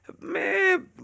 Man